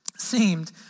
seemed